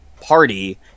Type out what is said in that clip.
party